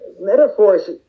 metaphors